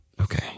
Okay